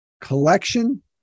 collection